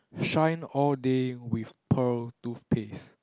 shine all the day with pearl toothpaste